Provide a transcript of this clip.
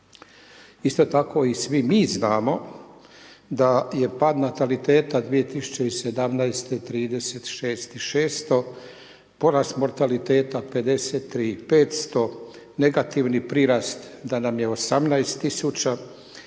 Isto tako i svi mi znamo da je pad nataliteta 2017., 2017. 36 i 600, porast mortaliteta 53 i 500, negativni prirast, da nam je 18